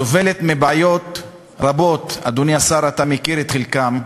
סובלת מבעיות רבות, אדוני השר, אתה מכיר את חלקן.